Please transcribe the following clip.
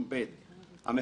ב-2008,